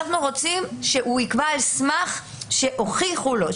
אנחנו רוצים שהוא יקבע על סמך שהוכיחו לו,